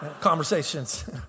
conversations